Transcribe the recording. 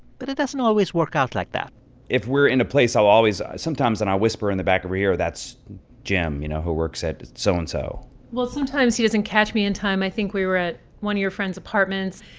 but it doesn't always work out like that if we're in a place i'll always sometimes and i'll whisper in the back of her ear, that's jim, you know, who works at so-and-so well, sometimes he doesn't catch me in time. i think we were at one of your friend's apartments.